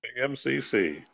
MCC